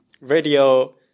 radio